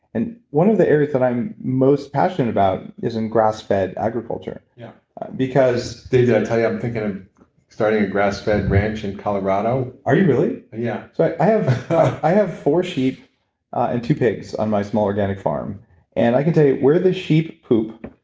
and one of the areas that i'm most passionate about is in grass-fed agriculture yeah because. dave, did i tell you i'm thinking about ah starting a grass-fed ranch in colorado? are you really? yeah so i have i have four sheep and two pigs on my small organic farm and i can tell you where the sheep poop,